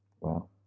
wow